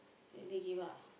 really give up